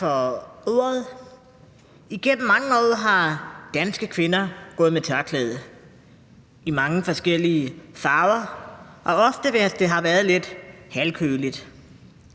for ordet. Igennem mange år har danske kvinder gået med tørklæde i mange forskellige farver og ofte gjort det, hvis det har været lidt halvkøligt,